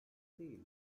değil